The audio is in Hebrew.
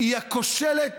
היא כושלת